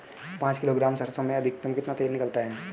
पाँच किलोग्राम सरसों में अधिकतम कितना तेल निकलता है?